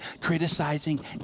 criticizing